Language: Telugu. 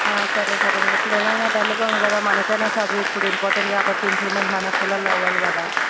సరే సరే మ్యాడమ్ ఇప్పుడు ఎలా అయినా డల్గా ఉన్నాడు కదా మనకైనా చదువు ఇప్పుడు ఇంపార్టెంట్ కాబట్టి ఇంప్రూమెంట్ మన పిల్లలు అవ్వాలి కదా